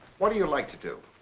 what do you like to do?